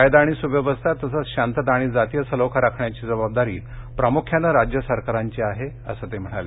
कायदा आणि सुव्यवस्था तसंच शांतता आणि जातीय सलोखा राखण्याची जबाबदारी प्रामुख्यानं राज्य सरकारांची आहे वसं ते म्हणाले